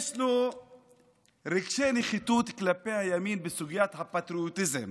יש לו רגשי נחיתות כלפי הימין בסוגיית הפטריוטיזם,